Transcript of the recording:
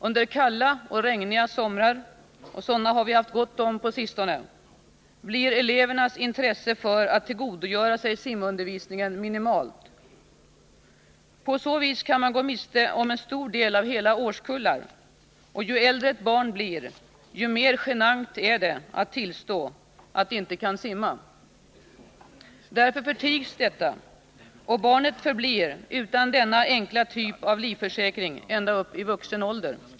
Under kalla och regniga somrar — och sådana har vi ju haft gott om på sistone — blir elevernas intresse för att tillgodogöra sig simundervisning minimalt. På så vis kan man gå miste om en stor del av hela årskullar. Ju äldre ett barn blir, desto mer genant är det att tillstå att det inte kan simma. Därför förtigs detta, och barnet förblir utan denna enkla typ av livförsäkring ända upp i vuxen ålder.